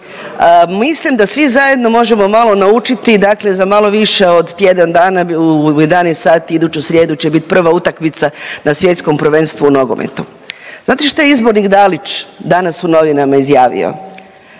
mislim da svi zajedno možemo malo naučiti dakle za malo više od tjedan dana u 11 sati iduću srijedu će bit prva utakmica na Svjetskom prvenstvu u nogometu. Znate šta je izbornik Dalić danas u novinama izjavio?